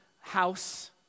house